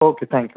okay thank you